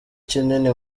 kinini